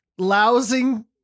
lousing